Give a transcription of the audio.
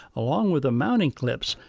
along with the mounting clips,